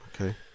Okay